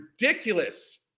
ridiculous